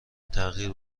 تغییر